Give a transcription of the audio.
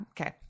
Okay